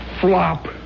Flop